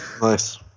Nice